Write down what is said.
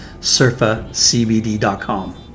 surfacbd.com